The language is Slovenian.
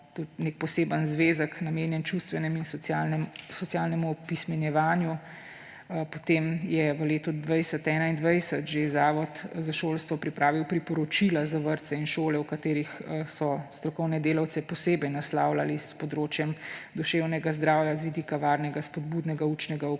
nek poseben zvezek, namenjen čustvenemu in socialnemu opismenjevanju. Potem je Zavod za šolstvo v letu 2020/2021 že pripravil priporočila za vrtce in šole, v katerih so strokovne delavce posebej naslavljali s področjem duševnega zdravja, z vidika varnega spodbudnega učnega okolja,